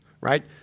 right